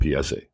PSA